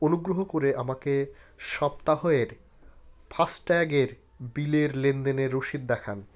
অনুগ্রহ করে আমাকে সপ্তাহ এর ফাস্ট ট্যাগের বিলের লেনদেনের রসিদ দেখান